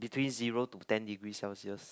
between zero to ten degree Celsius